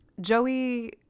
Joey